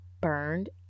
burned